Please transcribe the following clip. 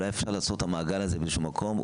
אולי אפשר לעצור את המעגל הזה באיזשהו מקום.